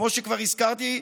כמו שכבר הזכרתי,